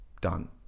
Done